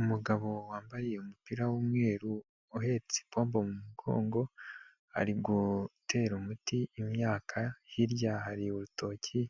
Umugabo wambaye umupira w'umweru uhetse ipombo mu mugongo, ari gutera umuti imyaka, hirya hari urutoki